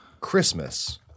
Christmas